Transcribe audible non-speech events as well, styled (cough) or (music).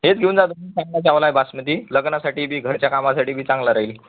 हेच घेऊन जा (unintelligible) चांगला आहे बासमती लग्नासाठीबी घरच्या कामासाठीबी चांगला राहील